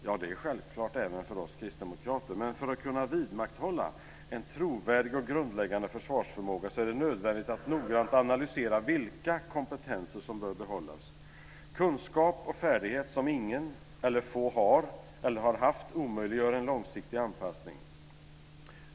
Ja, det är självklart även för oss kristdemokrater, men för att kunna vidmakthålla en trovärdig och grundläggande försvarsförmåga är det nödvändigt att noggrant analysera vilka kompetenser som bör behållas. Kunskap och färdighet som ingen eller få har eller har haft omöjliggör en långsiktig anpassning.